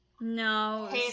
No